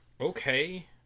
Okay